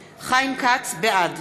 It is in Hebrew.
כץ, בעד